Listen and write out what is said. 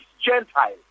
Gentile